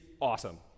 awesome